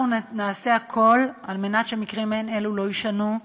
אנחנו נעשה הכול על מנת שמקרים אלו לא יישנו,